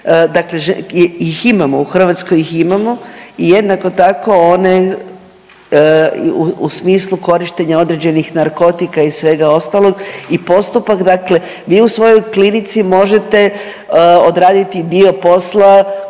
dakle ih imamo u Hrvatskoj ih imamo i jednako tako one u smislu korištenja određenih narkotika i svega ostalog i postupak. Dakle, vi u svojoj klinici možete odraditi dio posla